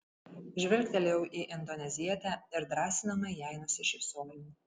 žvilgtelėjau į indonezietę ir drąsinamai jai nusišypsojau